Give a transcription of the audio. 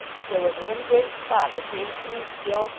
but there was one great spot that came through still,